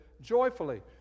joyfully